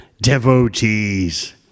devotees